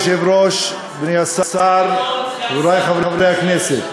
אדוני היושב-ראש, אדוני השר, חברי חברי הכנסת,